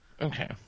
Okay